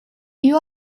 you